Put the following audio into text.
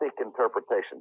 interpretation